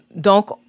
Donc